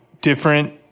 different